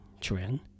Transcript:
trend